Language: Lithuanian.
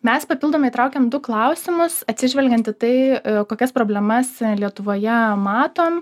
mes papildomai įtraukėm du klausimas atsižvelgiant į tai kokias problemas lietuvoje matom